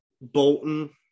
bolton